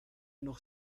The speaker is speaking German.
noch